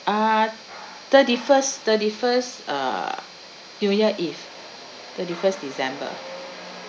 uh thirty first thirty first uh new year eve thirty first december